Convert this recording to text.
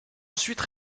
ensuite